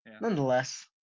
nonetheless